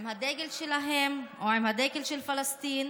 עם הדגל שלהם או עם הדגל של פלסטין,